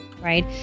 Right